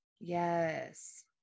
Yes